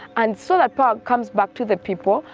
and so that power comes back to the people,